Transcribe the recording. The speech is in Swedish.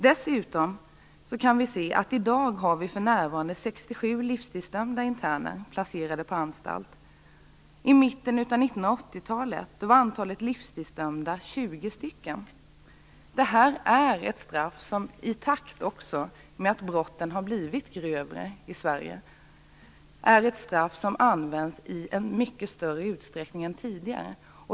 Dessutom har vi i dag 67 livstidsdömda interner placerade på anstalt. I mitten av 1980-talet var antalet 20. Det är ett straff som i takt med att brotten blivit grövre i Sverige används i en mycket större utsträckning än tidigare.